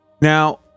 now